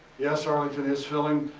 yes, arlington is filling.